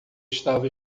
estava